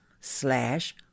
slash